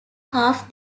half